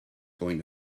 going